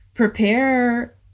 prepare